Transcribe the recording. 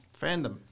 Fandom